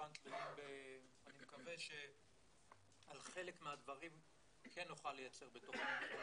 נקווה שעל חלק מהדברים כן נוכל לייצר תכנית,